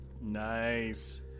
Nice